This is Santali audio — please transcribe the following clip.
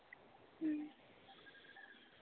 ᱦᱮᱸ